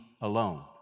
alone